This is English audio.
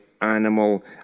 animal